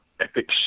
epic